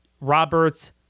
Roberts